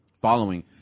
following